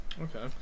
Okay